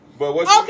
Okay